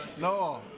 No